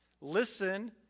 listen